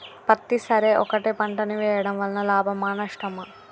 పత్తి సరి ఒకటే పంట ని వేయడం వలన లాభమా నష్టమా?